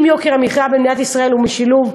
עם יוקר המחיה במדינת ישראל היא משילוב,